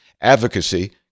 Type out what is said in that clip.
Advocacy